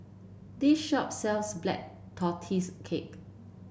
this shop sells Black Tortoise Cake